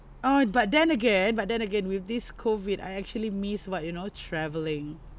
oh but then again but then again with this COVID I actually miss what you know travelling